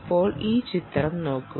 ഇപ്പോൾ ഈ ചിത്രം നോക്കൂ